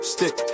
Stick